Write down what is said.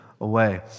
away